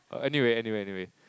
err anyway anyway anyway